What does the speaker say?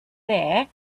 there